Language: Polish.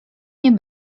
nie